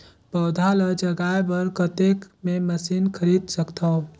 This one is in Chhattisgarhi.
पौधा ल जगाय बर कतेक मे मशीन खरीद सकथव?